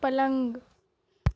پلنگ